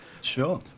Sure